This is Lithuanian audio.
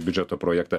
biudžeto projektą